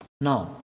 Now